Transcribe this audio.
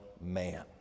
man